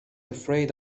afraid